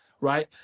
right